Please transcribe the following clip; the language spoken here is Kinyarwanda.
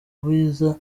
biza